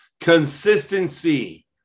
Consistency